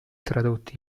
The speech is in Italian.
tradotti